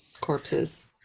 Corpses